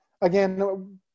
Again